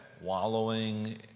wallowing